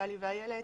נפתלי ואיילת,